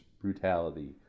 brutality